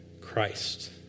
Christ